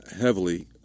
heavily